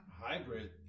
Hybrid